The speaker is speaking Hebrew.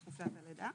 לחופשת הלידה,